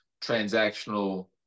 transactional